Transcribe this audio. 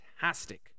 fantastic